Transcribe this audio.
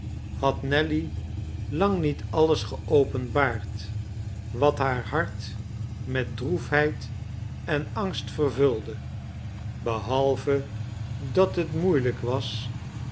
had nelly lang niet alles geopenbaard wat haar hart met droefheid en angst vervulde behalve dat het moeielijk was